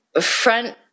front